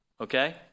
okay